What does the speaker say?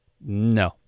No